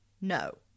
no